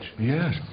Yes